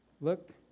Look